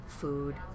food